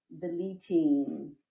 deleting